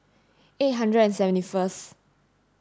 eight hundred and seventy first